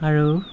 আৰু